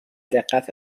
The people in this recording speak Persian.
دقت